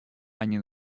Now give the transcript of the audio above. они